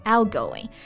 Outgoing